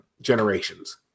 generations